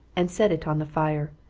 and set it on the fire,